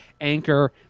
Anchor